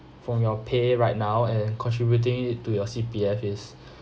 from your pay right now and contributing it to your C_P_F is